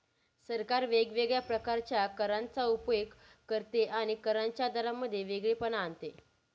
सरकार वेगवेगळ्या प्रकारच्या करांचा उपयोग करते आणि करांच्या दरांमध्ये वेगळेपणा आणते